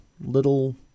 little